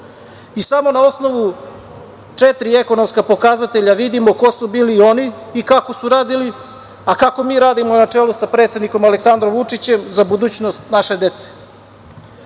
i samo na osnovu četiri ekonomska pokazatelja vidimo ko su bili oni i kako su radili, a kako mi radimo na čelu sa predsednikom Aleksandrom Vučićem za budućnost naše dece. Na